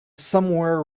somewhere